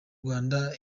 rwanda